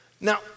Now